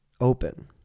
open